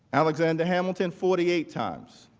alexander hamilton forty eight times